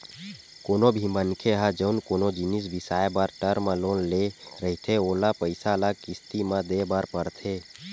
कोनो भी मनखे ह जउन कोनो जिनिस बिसाए बर टर्म लोन ले रहिथे ओला पइसा ल किस्ती म देय बर परथे